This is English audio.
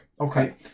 Okay